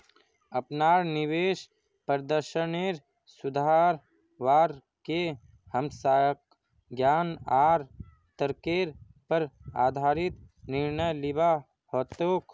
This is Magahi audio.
अपनार निवेश प्रदर्शनेर सुधरवार के हमसाक ज्ञान आर तर्केर पर आधारित निर्णय लिबा हतोक